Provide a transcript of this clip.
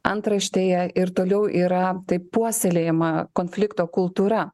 antraštėje ir toliau yra taip puoselėjama konflikto kultūra